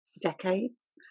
Decades